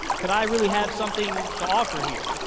could i really have something to offer here?